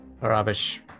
Rubbish